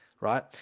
Right